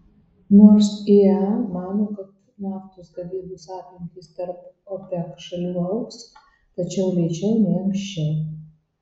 nors iea mano kad naftos gavybos apimtys tarp opec šalių augs tačiau lėčiau nei anksčiau